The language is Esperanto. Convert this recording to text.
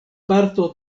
parto